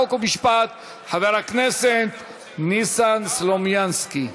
חוק ומשפט חבר הכנסת ניסן סלומינסקי.